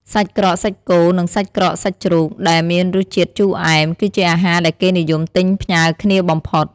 សាច់ក្រកសាច់គោ និងសាច់ក្រកសាច់ជ្រូក ដែលមានរសជាតិជូរអែម គឺជាអាហារដែលគេនិយមទិញផ្ញើគ្នាបំផុត។